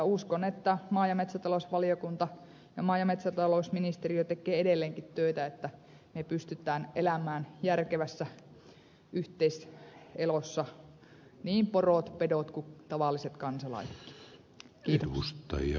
uskon että maa ja metsätalousvaliokunta ja maa ja metsätalousministeriö tekee edelleenkin töitä että pystytään elämään järkevässä yhteiselossa niin porot pedot kuin tavalliset kansalaisetkin